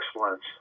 excellence